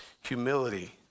Humility